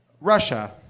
Russia